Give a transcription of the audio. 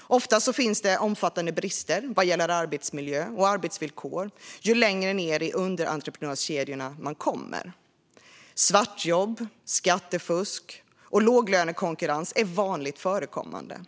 Ofta finns det omfattande brister vad gäller arbetsmiljö och arbetsvillkor längre ned i underentreprenörskedjorna. Svartjobb, skattefusk och låglönekonkurrens är vanligt förekommande.